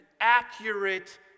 accurate